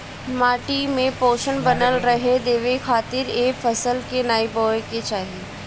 माटी में पोषण बनल रहे देवे खातिर ए फसल के नाइ बोए के चाही